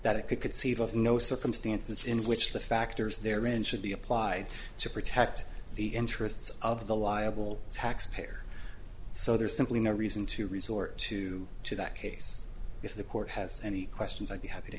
that it could conceive of no circumstances in which the factors there and should be applied to protect the interests of the liable taxpayer so there's simply no reason to resort to to that case if the court has any questions i'd be happy to